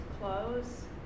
close